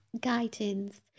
guidance